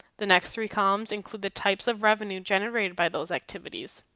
the next three columns include the types of revenue generated by those activities.